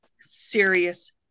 serious